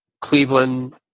Cleveland